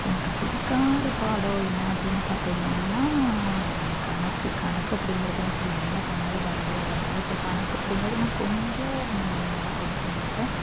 எனக்கு பிடிக்காத பாடம் என்ன அப்படின்னு பார்த்திங்கன்னா கணக்கு கணக்கு அப்படிங்கிறது எனக்கு என்ன பண்ணாலும் வரவே வராது ஸோ கணக்கு அப்படிங்கிறது நான் கொஞ்சம் நல்லா படிக்கமாட்டேன்